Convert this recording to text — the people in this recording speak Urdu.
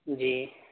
جی